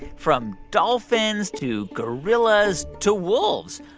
from dolphins to gorillas to wolves.